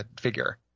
figure